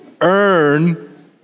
earn